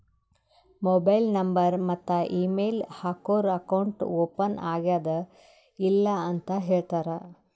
mobile number ಮತ್ತ email ಹಾಕೂರ್ account open ಆಗ್ಯಾದ್ ಇಲ್ಲ ಅಂತ ಹೇಳ್ತಾರ್